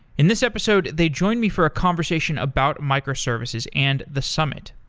in this episode, they joined me for a conversation about microservices and the summit.